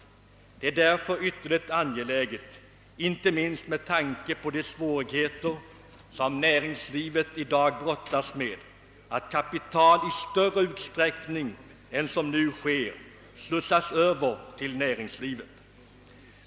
Det är därför enligt min mening ytterst angeläget, inte minst med tanke på de svårigheter som näringslivet i dag brottas med, att kapital i större utsträckning än nu slussas över till näringslivet.